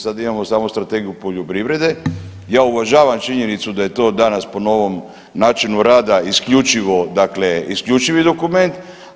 Sada imamo samo Strategiju poljoprivrede, ja uvažavam činjenicu da je to danas po novom načinu rada isključivi dokument.